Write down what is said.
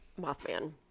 Mothman